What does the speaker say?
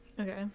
okay